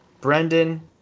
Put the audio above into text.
Brendan